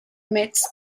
midst